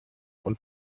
und